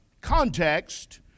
context